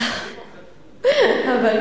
קדימה חטפו אותו.